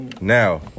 Now